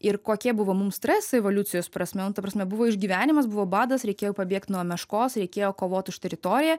ir kokie buvo mums stresai evoliucijos prasme nu ta prasme buvo išgyvenimas buvo badas reikėjo pabėgt nuo meškos reikėjo kovot už teritoriją